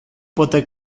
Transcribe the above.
pote